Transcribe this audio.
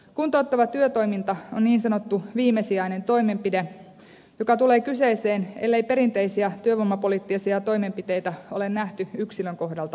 kuntouttava työtoiminta on niin sanottu viimesijainen toimenpide joka tulee kyseeseen ellei perinteisiä työvoimapoliittisia toimenpiteitä ole nähty yksilön kohdalta toimiviksi